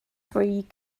free